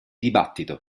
dibattito